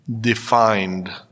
defined